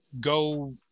go